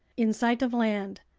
in sight of land.